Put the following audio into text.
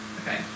Okay